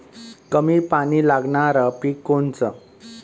कमी पानी लागनारं पिक कोनचं?